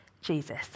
Jesus